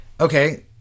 Okay